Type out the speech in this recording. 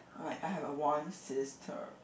alright I have a one sister